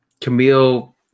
Camille